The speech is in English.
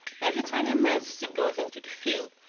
every time your majesty goes into the field,